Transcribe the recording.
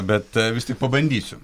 bet vis tik pabandysiu